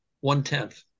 one-tenth